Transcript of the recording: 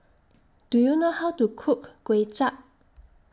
Do YOU know How to Cook Kuay Chap